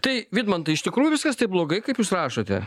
tai vidmantai iš tikrųjų viskas taip blogai kaip jūs rašote